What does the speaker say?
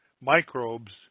microbes